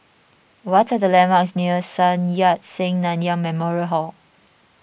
what are the landmarks near Sun Yat Sen Nanyang Memorial Hall